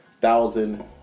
thousand